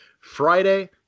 Friday